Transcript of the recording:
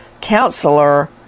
counselor